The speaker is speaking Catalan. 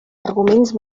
arguments